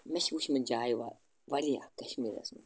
مےٚ چھِ وُچھمٕتۍ جایہِ وا واریاہ کَشمیٖرَس منٛز